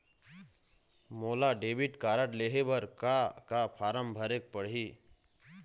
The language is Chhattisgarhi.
मोला डेबिट कारड लेहे बर का का फार्म भरेक पड़ही?